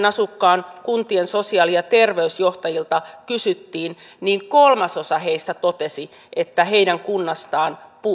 asukkaan kuntien sosiaali ja terveysjohtajilta kysyttiin niin kolmasosa heistä totesi että heidän kunnassaan